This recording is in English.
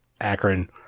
Akron